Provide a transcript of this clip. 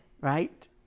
Right